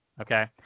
Okay